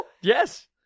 Yes